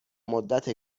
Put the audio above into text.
مدت